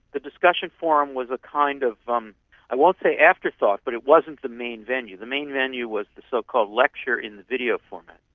the discussion forum was a kind of, um i won't say afterthought but it wasn't the main venue. the main venue was the so-called lecture in video format.